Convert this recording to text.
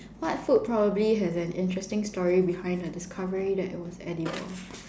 what food probably has an interesting story behind the discovery that it was edible